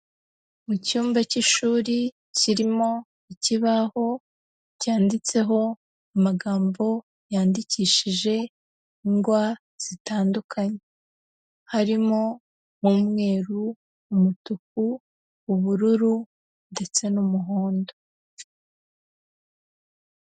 Mu cyumba cy'ishuri kirimo ikibaho cyanditseho amagambo yandikishije ingwa zitandukanye. Harimo nk'umweru, umutuku, ubururu ndetse n'umuhondo.